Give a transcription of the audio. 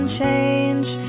change